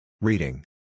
Reading